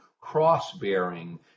cross-bearing